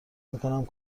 میکنم